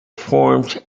formed